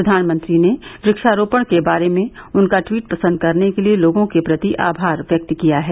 प्रधानमंत्री ने वक्षारोपण के बारे में उनका टवीट पसंद करने के लिए लोगों के प्रति आमार व्यक्त किया है